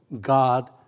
God